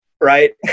right